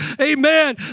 amen